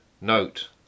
Note